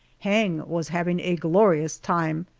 hang was having a glorious time.